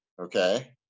Okay